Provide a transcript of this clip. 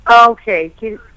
okay